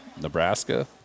Nebraska